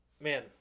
man